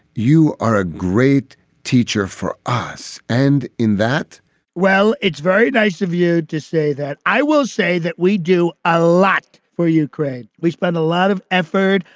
you are a great teacher for us. and in that well, it's very nice of you to say that. i will say that we do a lot for ukraine. we spend a lot of effort,